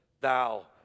thou